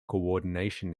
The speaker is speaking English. coordination